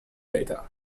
data